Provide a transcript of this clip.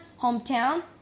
hometown